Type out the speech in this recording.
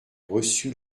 reçu